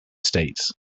states